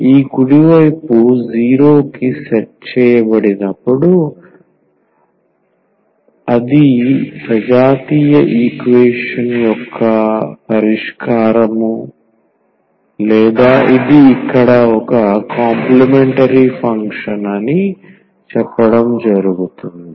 ఈ కుడి వైపు 0 కి సెట్ చేయబడినప్పుడు అది సజాతీయ ఈక్వేషన్ యొక్క పరిష్కారం లేదా ఇది ఇక్కడ ఒక కాంప్లీమెంటరీ ఫంక్షన్ అని చెప్పడం జరుగుతుంది